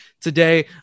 today